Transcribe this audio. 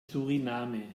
suriname